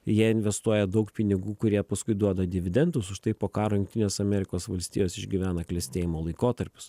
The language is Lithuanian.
jie investuoja daug pinigų kurie paskui duoda dividendus už tai po karo jungtinės amerikos valstijos išgyvena klestėjimo laikotarpius